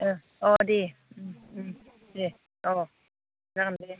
ओह अह दे उम उम दे औ जागोन दे